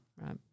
right